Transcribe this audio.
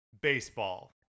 baseball